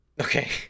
Okay